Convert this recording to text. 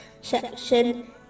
section